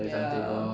ya